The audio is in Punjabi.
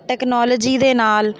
ਟੈਕਨੋਲੋਜੀ ਦੇ ਨਾਲ